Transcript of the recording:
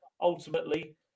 ultimately